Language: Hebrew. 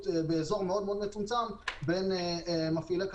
באזור מאוד מצומצם בין מפעילי כספומטים,